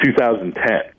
2010